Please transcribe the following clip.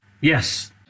Yes